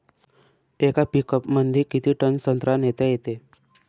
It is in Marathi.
येका पिकअपमंदी किती टन संत्रा नेता येते?